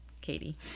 Katie